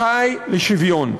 וזכאי לשוויון.